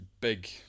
big